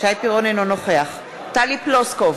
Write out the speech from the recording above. טלי פלוסקוב,